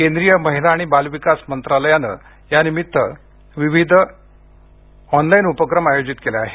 केंद्रीय महिला आणि बाल विकास मंत्रालयानं यानिमित्त विविध ऑनलाईन उपक्रम आयोजित केले आहेत